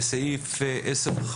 לסעיף 10כ